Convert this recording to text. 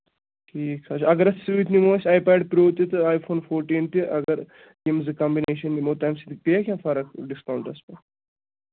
ٹھیٖک حظ چھُ اَگر أسۍ سۭتۍ نِمو أسۍ آی پیڈ پرٛو تہِ تہٕ آی فون فوٹیٖن تہِ اگر یِم زٕ کَمبٕنیشَن نِمو تَمہِ سۭتۍ پیٚیَہ کینٛہہ فرق ڈِسکاوُنٛٹَس پٮ۪ٹھ